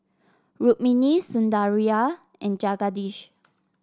Rukmini Sundaraiah and Jagadish